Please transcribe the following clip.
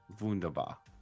wunderbar